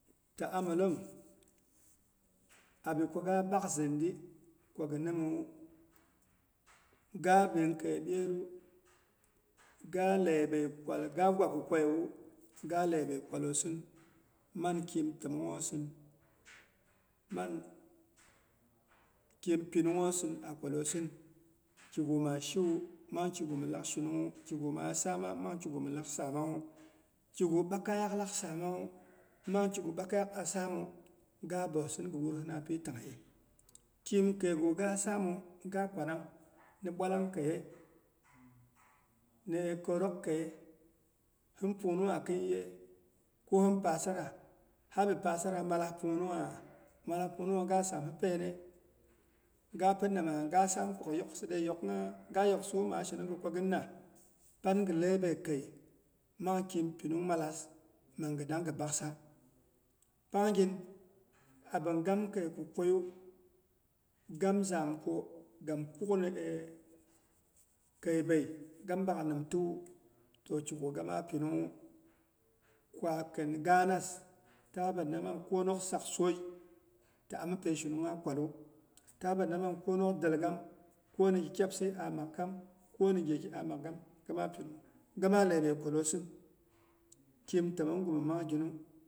Ta'amilem abiko gaa bak zindi ko gɨni mawu, gaabin kei ɓyeeru ga leibei kwal ga gwa kukweiyewu, ga leibei kwalosin man kɨim təmonghosin man kɨim pinunghosin a kwalosin. Kigu maa shiwu, mang kigu milak shinungnwu, kagu maa saama mang kigu milak saamangnwu. Kigu ɓakaiyaak laak samangnwu mang kigu ɓakaiyaak a samu, ga bohsin gɨ wursina pɨ taan; ghyei. Kɨim keigu gaa samu ga kwanang ni bwallang keiye? Hin pungnungha kɨn yɨiye? Ko hin pasara? Habi pasarawu, mala pungnungha? Mala pungnunghawu ga saamha pene? Gapin nama ga sam ko gɨ yoksa de yoph nghe? Ga yoksawu maa shenong ko gɨnna? Pan gɨ leibei kei mang kɨim pinung malas, man gɨ dang gɨ baksa. Pangin abin gam keiku kweiyu, gam zamko gam kuk ni kei bei gam bak nimtawu, toh kigu gama pinungnwu, kwakin gaanas tabina mang kwonok saksoi ti ami peishinungha kwalu. Tabinna mang kwonok dilgam ko ni ki kyapsi ah makgham koni gheki ah makgam gama leibei kwalosin kɨm təmong gu min mang nyinu.